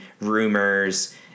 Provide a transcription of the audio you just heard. rumors